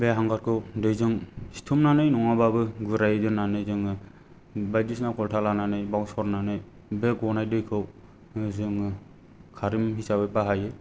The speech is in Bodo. बे हांगारखौ दैजों सिथुमनानै नङाब्लाबो गुरायै दोनानै जोङो बायदिसिना खलथा लानानै बाव सरनानै बे गनाय दैखौ जोङो खारै हिसाबै बाहायो